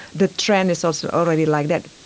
the trend is ah so already like that.